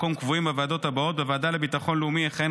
מקום קבועים בוועדות הבאות: בוועדה לביטחון לאומי יכהן